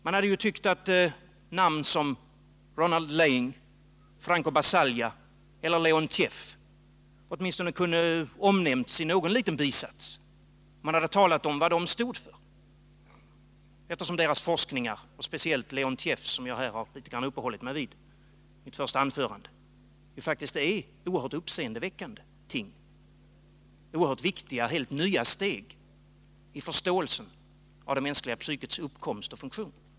Man kunde tycka att namn som Ronald Laing, Franco Basaglia eller Leontiev borde ha nämnts i någon liten bisats. Man kunde ha talat om vad de stod för, eftersom deras forskning — speciellt Leontievs, som jag uppehöll mig vid något i mitt första anförande — faktiskt är oerhört uppseendeväckande och innebär helt nya och viktiga steg på vägen till förståelse av det mänskliga psykets uppkomst och funktion.